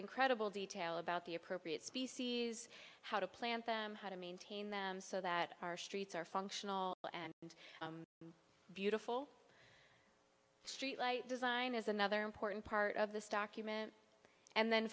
incredible detail about the appropriate species how to plant them how to maintain them so that our streets are functional and beautiful streetlight design is another important part of this document and then